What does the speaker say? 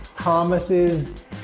Thomas's